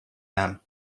dam